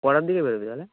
কটার দিকে বেরোবি তাহলে